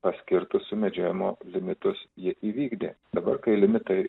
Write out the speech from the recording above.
paskirtus sumedžiojimo limitus jie įvykdė dabar kai limitai